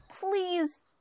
please